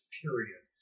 period